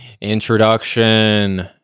introduction